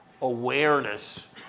awareness